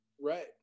Right